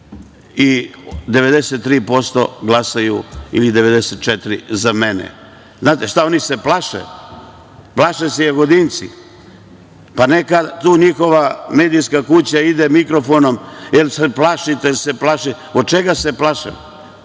i 93% glasaju ili 94% za mene. Znate šta, oni se plaše, plaše se Jagodinci. Pa neka tu neka njihova medijska kuća ide mikrofonom – jel se plašite, jel se plašite? Od čega se plaše?